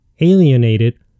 alienated